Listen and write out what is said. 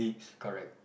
correct